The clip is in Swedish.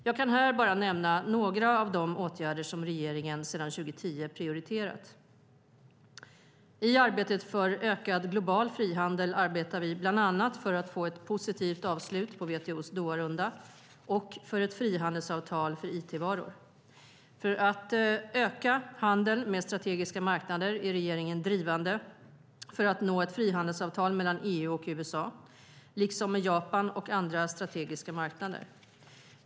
Jag kan här bara nämna några av de åtgärder som regeringen sedan 2010 prioriterat. I arbetet för ökad global frihandel arbetar vi bland annat för att få ett positivt avslut på WTO:s Doharunda och för ett frihandelsavtal för it-varor. För att öka handeln med strategiska marknader är regeringen drivande för att nå ett frihandelsavtal mellan EU och USA liksom med Japan och andra strategiska marknader.